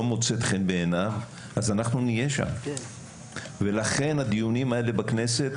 מוצאת חן בעיניו אז אנחנו נהיה שם ולכן הדיונים האלה בכנסת,